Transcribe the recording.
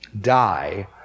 die